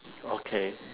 okay